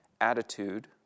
attitude